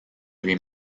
lui